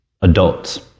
adults